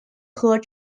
her